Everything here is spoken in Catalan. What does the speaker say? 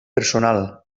personal